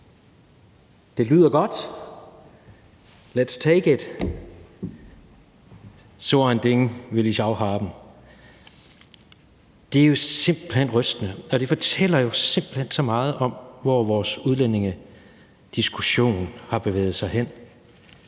Det lyder godt; let's take it; so ein Ding will ich auch haben . Det er jo simpelt hen rystende, og det fortæller jo simpelt hen så meget om, hvor vores udlændingediskussion har bevæget sig hen,